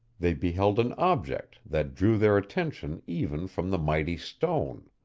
they beheld an object that drew their attention even from the mighty stone.